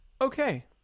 okay